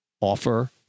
offer